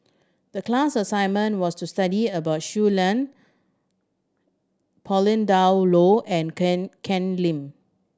the class assignment was to study about Shui Lan Pauline Dawn Loh and Kan Kan Lim